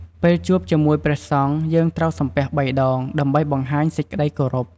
ពេលជួបជាមួយព្រះសង្ឃ យើងត្រូវសំពះបីដង ដើម្បីបង្ហាញសេចក្ដីគោរព។